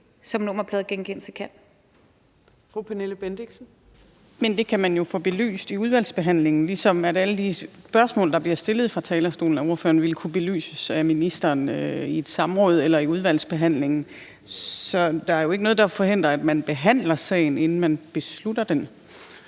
Pernille Bendixen (DF): Men det kan man jo få belyst i udvalgsbehandlingen, ligesom alle de spørgsmål, der bliver stillet fra talerstolen af ordføreren, vil kunne belyses af ministeren i et samråd eller i udvalgsbehandlingen. Så der er jo ikke noget, der forhindrer, at man behandler sagen, inden man beslutter sig.